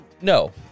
No